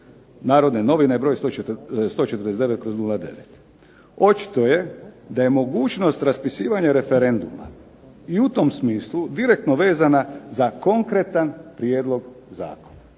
"Narodne novine" broj 149/09. Očito je da je mogućnost raspisivanja referenduma i u tom smislu direktno vezana za konkretan prijedlog zakona.